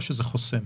או שזה חוסם?